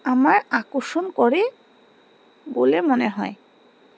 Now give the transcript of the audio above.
আমার আকর্ষণ করে বলে মনে হয়